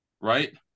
right